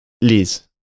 Liz